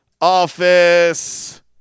Office